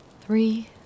Three